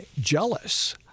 jealous